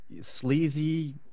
sleazy